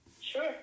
sure